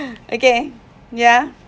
okay ya